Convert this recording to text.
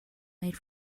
made